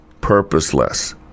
purposeless